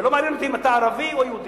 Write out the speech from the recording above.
ולא מעניין אותי אם אתה ערבי או יהודי.